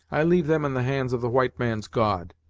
i leave them in the hands of the white man's god.